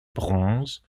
bronze